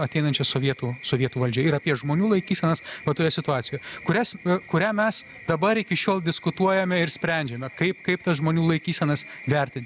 ateinančia sovietų sovietų valdžia ir apie žmonių laikysenas va toje situacijoje kurias kurią mes dabar iki šiol diskutuojame ir sprendžiame kaip kaip tas žmonių laikysenas vertinti